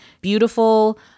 beautiful